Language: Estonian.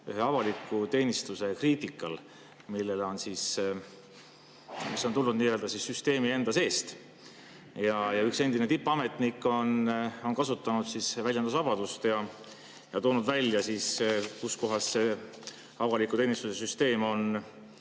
avaliku teenistuse kriitikal, mis on tulnud nii-öelda süsteemi enda seest. Üks endine tippametnik on kasutanud väljendusvabadust ja toonud välja, kust kohast see avaliku teenistuse süsteem on